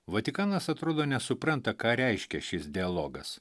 vatikanas atrodo nesupranta ką reiškia šis dialogas